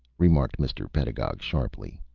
remarked mr. pedagog, sharply.